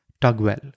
Tugwell